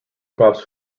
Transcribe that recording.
crops